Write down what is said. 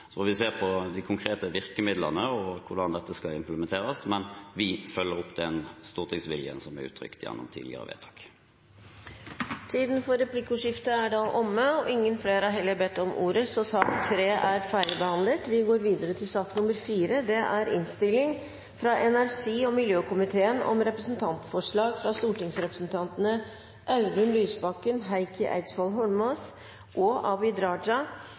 Så får vi se på de konkrete virkemidlene og hvordan dette skal implementeres, men vi følger opp den stortingsviljen som er uttrykt gjennom tidligere vedtak. Replikkordskiftet er omme. Flere har heller ikke bedt om ordet til sak nr. 3. Etter ønske fra energi- og miljøkomiteen vil presidenten foreslå at taletiden blir begrenset til 5 minutter til hver partigruppe og